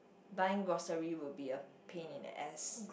buying grocery would be a pain in the ass